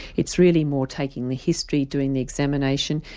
it's really more taking the history, doing the examination.